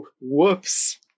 whoops